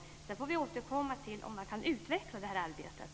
Sedan får vi återkomma till om man kan utveckla det här arbetet.